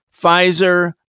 Pfizer